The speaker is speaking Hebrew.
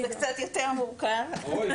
ברור.